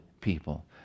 people